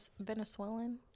Venezuelan